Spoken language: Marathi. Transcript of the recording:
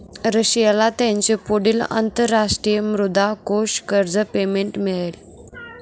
रशियाला त्याचे पुढील अंतरराष्ट्रीय मुद्रा कोष कर्ज पेमेंट मिळेल